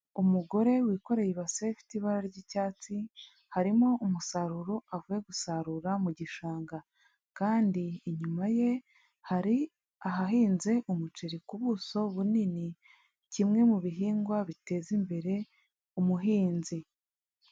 Umugore wikoreye ibase ifite ibara ry'icyatsi, harimo umusaruro avuye gusarura mu gishanga. Kandi inyuma ye hari ahahinze umuceri ku buso bunini, kimwe mu bihingwa biteza imbere umuhinzi.